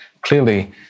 Clearly